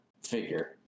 figure